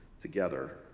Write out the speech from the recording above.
together